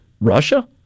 Russia